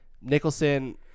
nicholson